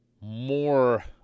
more